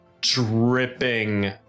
dripping